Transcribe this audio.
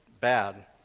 bad